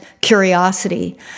curiosity